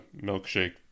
milkshake